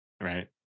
Right